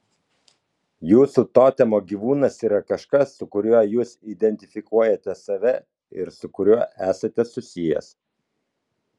jūsų totemo gyvūnas yra kažkas su kuriuo jūs identifikuojate save ir su kuriuo esate susijęs